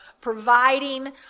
providing